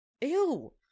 ew